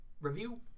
review